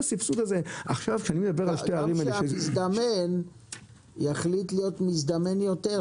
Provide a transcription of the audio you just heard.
גם כשהמזדמן יחליט להיות מזדמן יותר.